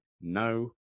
no